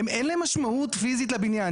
אין להם משמעות פיזית לבניין.